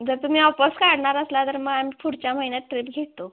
जर तुम्ही ऑफर्स काढणार असला तर मग आम्ही पुढच्या महिन्यात ट्रीप घेतो